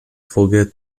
forget